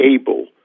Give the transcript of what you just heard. able